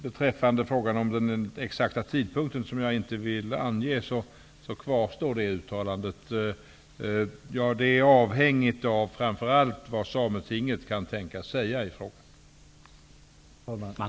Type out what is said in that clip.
Beträffande frågan om den exakta tidpunkten, som jag inte vill ange, kvarstår mitt uttalande. Det är avhängigt av framför allt vad sametinget kan tänkas säga i frågan.